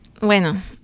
Bueno